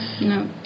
No